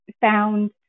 found